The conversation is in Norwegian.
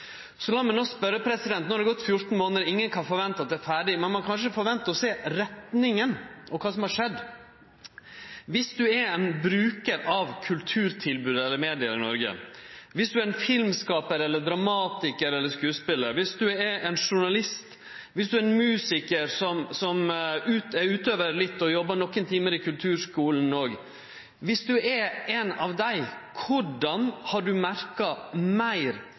det gått 14 månader, og ingen kan forvente at det er ferdig, men ein kan kanskje forvente å sjå retninga og kva som har skjedd, så lat meg då spørje: Viss ein er ein brukar av kulturtilbod eller media i Noreg, viss ein er ein filmskapar, dramatikar eller skodespelar, viss ein er ein journalist, viss ein er ein musikar som er litt utøvar og i tillegg jobbar nokre timar i kulturskule – korleis har ein merka meir